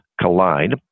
Collide